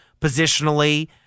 positionally